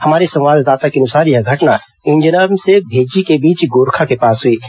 हमारे संवाददाता के अनुसार यह घटना इंजरम से भेज्जी के बीच गोरखा के पास हुई है